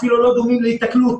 אפילו לא דומים להיתקלות,